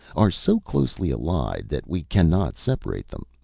are so closely allied that we cannot separate them.